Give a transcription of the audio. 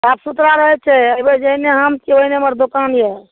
साफ सुथड़ा रहै छै एहिबेर जेहने हम छियै ओहने हमर दोकान यऽ